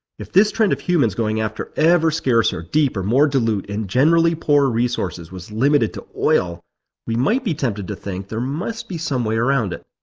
if this trend of humans going after ever scarcer, deeper, more dilute, and generally poorer resources was limited to oil we might be tempted to think there must be some way around it.